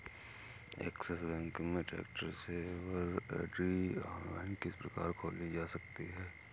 Axis bank में tax saver FD online किस प्रकार खोली जा सकती है?